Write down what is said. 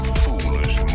foolish